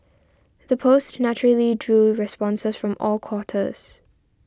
the post naturally drew responses from all quarters